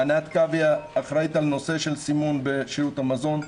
ענת כאביה אחראית על הנושא של סימון בשירות המזון,